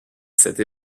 cette